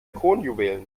kronjuwelen